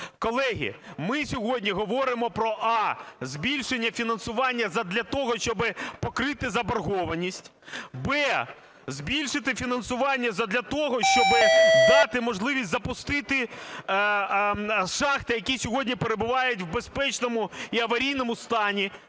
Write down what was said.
Колеги, ми сьогодні говоримо про: а) збільшення фінансування задля того, щоб покрити заборгованість; б) збільшити фінансування задля того, щоб дати можливість запустити шахти, які сьогодні перебувають в безпечному і аварійному стані,